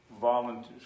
volunteers